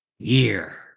year